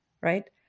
right